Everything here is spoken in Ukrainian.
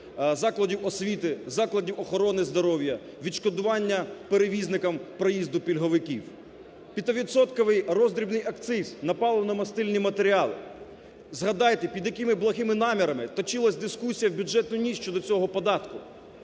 закладів освіти, закладів охорони здоров'я, відшкодування перевізникам проїзду пільговиків. П'ятивідсотковий роздрібний акциз на паливно-мастильні матеріали. Згадайте, під якими благими намірами точилась дискусія у бюджетну ніч щодо цього податку!